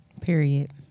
period